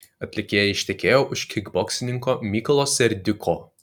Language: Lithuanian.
atlikėja ištekėjo už kikboksininko mykolo serdiuko